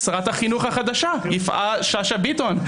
שרת החינוך החדשה יפעת שאשא ביטון,